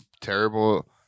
terrible